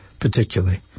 particularly